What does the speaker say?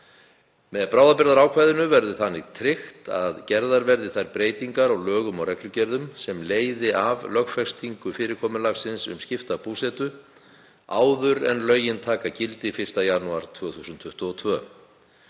Með bráðabirgðaákvæðinu verði þannig tryggt að gerðar verði þær breytingar á lögum og reglugerðum sem leiði af lögfestingu fyrirkomulagsins um skipta búsetu áður en lögin taka gildi 1. janúar 2022.